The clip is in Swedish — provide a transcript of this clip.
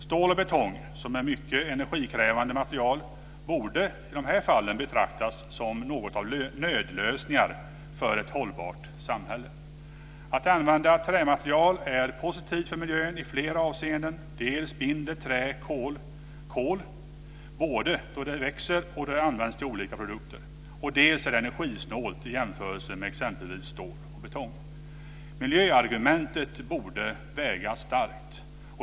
Stål och betong som är mycket energikrävande material borde i de här fallen betraktas som något av nödlösningar för ett hållbart samhälle. Att använda trämaterial är positivt för miljön i flera avseenden. Dels binder trä kol både då det växer och då det används till olika produkter, dels är det energisnålt i jämförelse med exempelvis stål och betong. Miljöargumentet borde väga tungt.